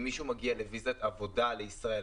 אם מישהו מגיע עם אשרת עבודה לישראל,